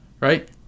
right